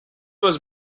was